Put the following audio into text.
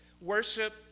worship